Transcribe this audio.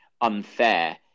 unfair